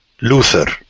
Luther